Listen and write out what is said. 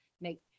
make